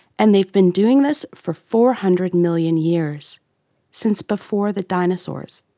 and they've been doing this for four hundred million years since before the dinosaurs!